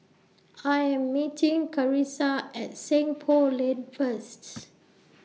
I Am meeting Carissa At Seng Poh Lane First